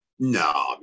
No